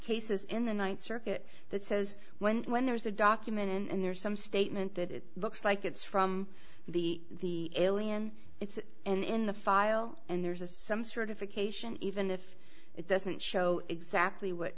cases in the ninth circuit that says when when there's a document and there's some statement that it looks like it's from the alien it's an in the file and there's a some sort of occasion even if it doesn't show exactly what